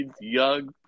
young